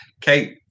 Kate